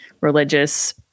religious